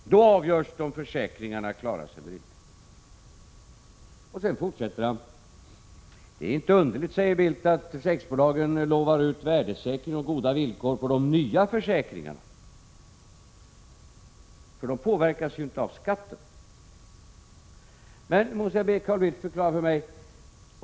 Då avgörs om försäkringarna klarar sig eller inte. Det är inte underligt, säger Carl Bildt, att försäkringsbolagen lovar ut värdesäkring och goda villkor på de nya försäkringarna, för de påverkas inte av skatten. Jag måste be Carl Bildt förklara detta för mig.